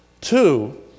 two